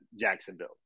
Jacksonville